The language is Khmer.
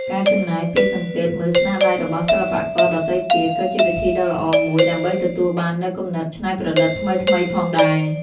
ការចំណាយពេលសង្កេតមើលស្នាដៃរបស់សិល្បករដទៃទៀតក៏ជាវិធីដ៏ល្អមួយដើម្បីទទួលបាននូវគំនិតច្នៃប្រឌិតថ្មីៗផងដែរ។